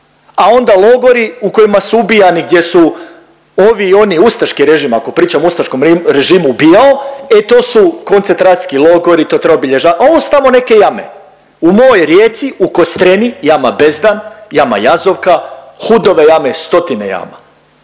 a onda logori u kojima su ubijani gdje su ovi i oni ustaški režim, ako pričam o ustaškom režimu ubijao, e to su koncentracijski logori, to treba obilježavat, a ovo su tamo neke jame. U mojoj Rijeci u Kostreni, jama Bezdan, jama Jazovka, Hudove jame, stotine jama.